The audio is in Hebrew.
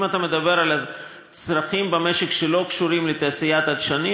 אם אתה מדבר על צרכים במשק שלא קשורים לתעשיית הדשנים,